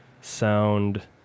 Sound